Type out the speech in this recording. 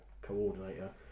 coordinator